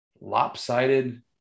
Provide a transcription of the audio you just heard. lopsided